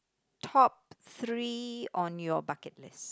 top three on your bucket list